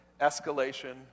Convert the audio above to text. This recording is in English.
escalation